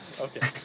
Okay